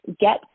get